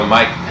Mike